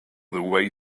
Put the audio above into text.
way